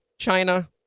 China